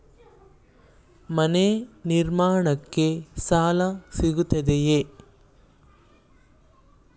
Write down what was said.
ಮನೆ ನಿರ್ಮಾಣಕ್ಕೆ ಸಾಲ ಸಿಗುತ್ತದೆಯೇ?